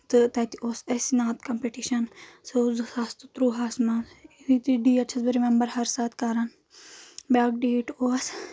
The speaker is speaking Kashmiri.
تہٕ تَتہِ اوس اسہِ نات کَمپیٚٹِشَن سُہ اوس زٕ ساس تہٕ ترٛۆہَس منٛز ییٚتہِ ڈیٹ چھَس بہٕ رِمیٚمبر ہر ساتہٕ کَران بیٛاکھ ڈیٹ اوس